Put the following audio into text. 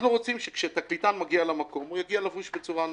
אנחנו רוצים שכאשר תקליטן מגיע למקום הוא יגיע לבוש בצורה נאותה,